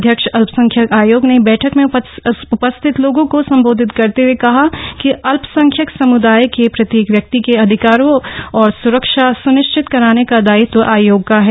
अध्यक्ष अल्पसंख्यक आयोग ने बैठक में उपस्थित लोगों को संबोधित करते हुए कहा कि अल्पसंख्यक समुदाय के प्रत्येक व्यक्ति के अधिकारों और स्रक्षा सुनिश्चित कराने का दायित्व आयोग का है